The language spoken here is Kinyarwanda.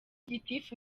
gitifu